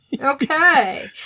Okay